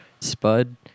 Spud